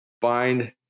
find